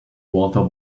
walter